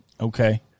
Okay